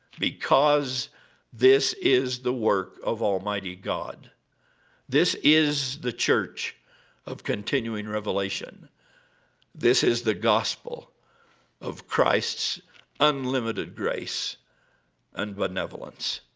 because this is the work of almighty god this is the church of continuing revelation this is the gospel of christ's unlimited grace and benevolence.